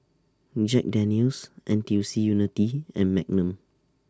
Jack Daniel's N T U C Unity and Magnum